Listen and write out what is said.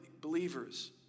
believers